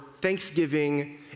Thanksgiving